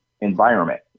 environment